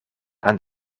aan